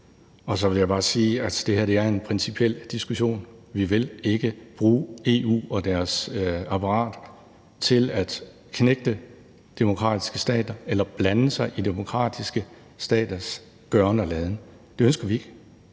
Så vil jeg bare sige, at det her er en principiel diskussion. Vi vil ikke bruge EU og deres apparat til at knægte demokratiske stater eller blande sig i demokratiske staters gøren og laden. Det ønsker vi ikke,